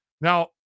Now